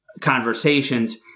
conversations